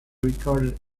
recorded